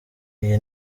iyi